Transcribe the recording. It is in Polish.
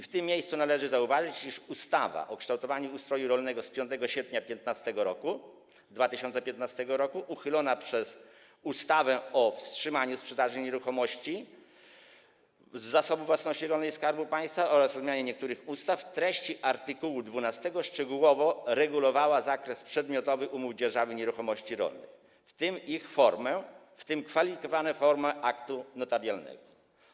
W tym miejscu należy zauważyć, iż ustawa o kształtowaniu ustroju rolnego z 5 sierpnia 2015 r., uchylona przez ustawę o wstrzymania sprzedaży nieruchomości z Zasobów Własności Rolnej Skarbu Państwa oraz o zmianie niektórych ustaw, w treści art. 12 szczegółowo regulowała zakres przedmiotowy umów dzierżawy nieruchomości rolnych, w tym ich formę, w tym kwalifikowaną formę aktu notarialnego.